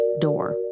door